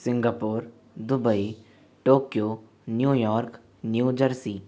Singapore Dubai Tokyo New York new jersey